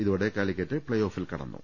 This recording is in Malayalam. ഇതോടെ കാലിക്കറ്റ് പ്ലേ ഓഫിൽ കടന്നു